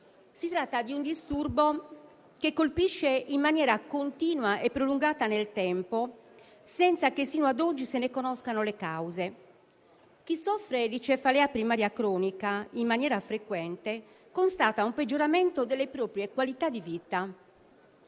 Si tratta di un disturbo che colpisce in maniera continua e prolungata nel tempo, senza che sino ad oggi se ne conoscano le cause. Chi soffre di cefalea primaria cronica in maniera frequente constata un peggioramento della propria qualità di vita.